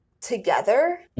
together